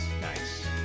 Nice